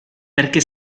perché